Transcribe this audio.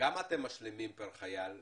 כמה אתם משלימים פר חייל מתרומות?